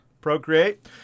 Procreate